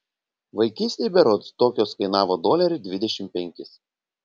vaikystėj berods tokios kainavo dolerį dvidešimt penkis